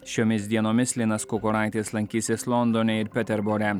šiomis dienomis linas kukuraitis lankysis londone ir peterbore